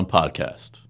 Podcast